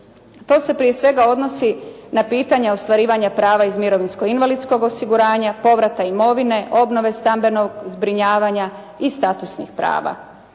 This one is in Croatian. To se prije svega odnosi na pitanja ostvarivanja iz prava mirovinsko invalidskog osiguranja, povrata imovine, obnove stambenog zbrinjavanja i statusnih prava.